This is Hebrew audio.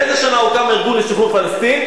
באיזו שנה הוקם הארגון לשחרור פלסטין?